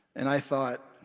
and i thought,